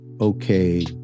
okay